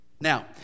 Now